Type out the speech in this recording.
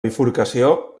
bifurcació